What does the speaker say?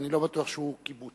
אני לא בטוח שהוא קיבוץ.